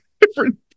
different